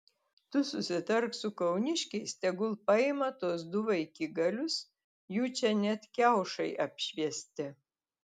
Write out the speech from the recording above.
tu susitark su kauniškiais tegul paima tuos du vaikigalius jų čia net kiaušai apšviesti